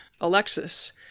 Alexis